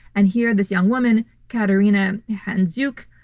and here, this young woman, kateryna handzyuk,